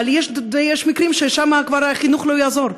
אבל יש מקרים שבהם החינוך כבר לא יעזור,